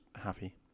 happy